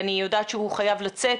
אני יודעת שהוא חייב לצאת,